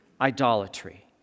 idolatry